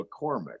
McCormick